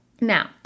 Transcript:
Now